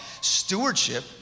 stewardship